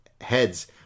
heads